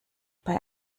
bei